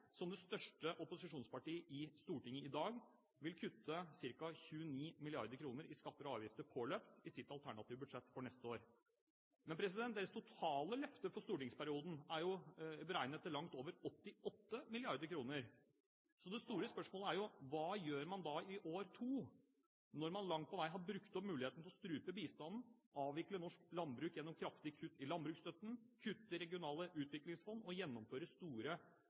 som det største opposisjonspartiet i Stortinget i dag, vil kutte ca. 29 mrd. kr i skatter og avgifter påløpt i sitt alternative budsjett for neste år. Men deres totale løfter for stortingsperioden er jo beregnet til langt over 88 mrd. kr. Så det store spørsmålet er: Hva gjør man da i år to, når man langt på vei har brukt opp muligheten til å strupe bistanden, avvikle norsk landbruk gjennom kraftige kutt i landbruksstøtten, kutte regionale utviklingsfond og gjennomføre store